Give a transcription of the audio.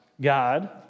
God